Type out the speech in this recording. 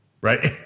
Right